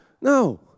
No